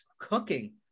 cooking